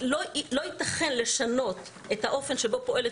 שלא ייתכן לשנות את האופן שבו פועלת